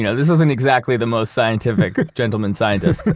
you know this isn't exactly the most scientific gentleman scientist.